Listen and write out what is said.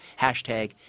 Hashtag